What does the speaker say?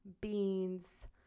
beans